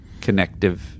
connective